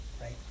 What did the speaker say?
right